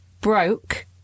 Broke